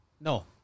no